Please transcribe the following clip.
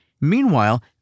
Meanwhile